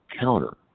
counter